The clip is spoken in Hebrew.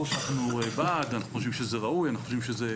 ברור שאנחנו בעד הצעת החוק וחושבים שהיא ראויה ונכונה.